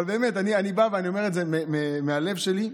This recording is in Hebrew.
אבל באמת, אני בא ואני אומר את זה מהלב שלי.